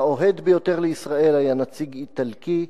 האוהד ביותר לישראל היה נציג איטלקי,